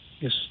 Yes